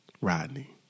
Rodney